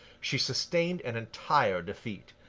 she sustained an entire defeat,